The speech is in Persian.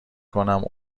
کنم